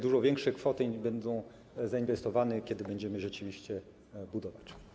Dużo większe kwoty będą zainwestowane, kiedy będziemy rzeczywiście to budować.